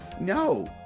No